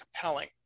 compelling